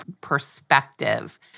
perspective